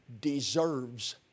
deserves